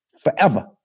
forever